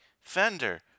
fender